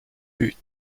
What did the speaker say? buts